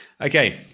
okay